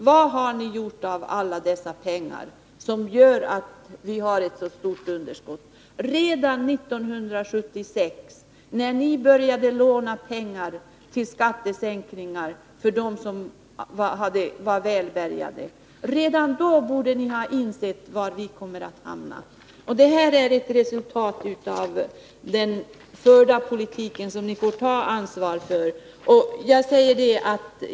Vad har ni gjort av alla dessa pengar som gör att vi har ett så stort underskott? Redan 1976, när ni började låna pengar till skattesänkningar för dem som var välbärgade, borde ni ha insett var vi skulle hamna. Detta är ett resultat av den förda politiken som ni får ta ansvar för.